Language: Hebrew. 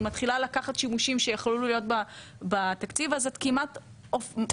מתחילה לקחת שימושים שהיו יכולים להיות בתקציב אז את כמעט --- תמר,